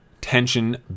tension